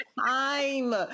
time